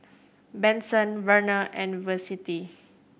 Benson Verna and Vicente